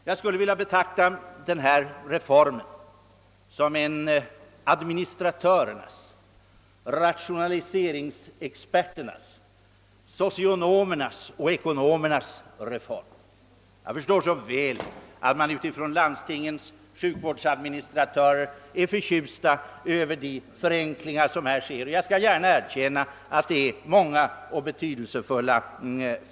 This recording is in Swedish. Jag skulle vilja betrakta denna reform som en administratörernas, rationaliseringsexperternas, socionomernas och ekonomernas reform. Jag förstår så väl, att man bland landstingens sjukvårdsadministratörer är förtjust över de förenklingar som här sker. Jag skall gärna erkänna att förenklingarna är många och betydelsefulla.